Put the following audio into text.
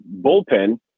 bullpen